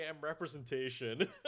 representation